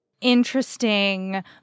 interesting